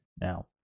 Now